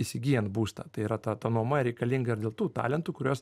įsigyjant būstą tai yra ta ta nuoma reikalinga ir dėl tų talentų kuriuos